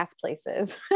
places